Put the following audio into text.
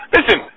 Listen